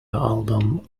album